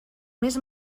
més